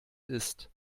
ist